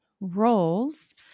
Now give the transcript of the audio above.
roles